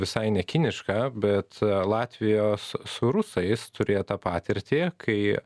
visai ne kinišką bet latvijos su rusais turėtą patirtį kai